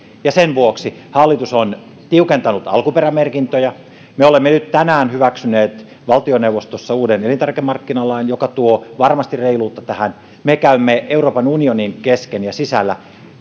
sen vuoksi hallitus on tiukentanut alkuperämerkintöjä me olemme nyt tänään hyväksyneet valtioneuvostossa uuden elintarvikemarkkinalain joka tuo varmasti reiluutta tähän me käymme euroopan unionin sisällä